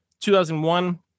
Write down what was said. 2001